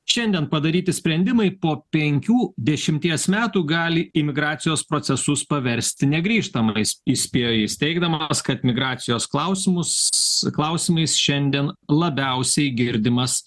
šiandien padaryti sprendimai po penkių dešimties metų gali imigracijos procesus paversti negrįžtamais įspėjo jis teigdamas kad migracijos klausimus klausimais šiandien labiausiai girdimas